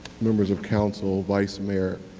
members of council, vice mayor,